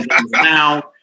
now